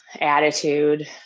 attitude